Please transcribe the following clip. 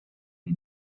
või